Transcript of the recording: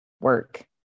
work